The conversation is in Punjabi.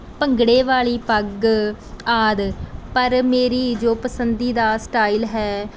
ਭੰਗੜੇ ਵਾਲੀ ਪੱਗ ਆਦਿ ਪਰ ਮੇਰੀ ਜੋ ਪਸੰਦੀਦਾ ਸਟਾਈਲ ਹੈ